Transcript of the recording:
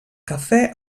cafè